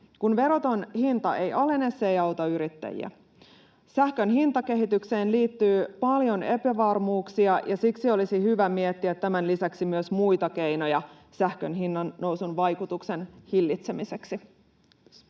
Kun veroton hinta ei alene, se ei auta yrittäjiä. Sähkön hintakehitykseen liittyy paljon epävarmuuksia, ja siksi olisi hyvä miettiä tämän lisäksi myös muita keinoja sähkön hinnannousun vaikutuksen hillitsemiseksi.